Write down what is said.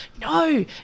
No